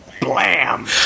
Blam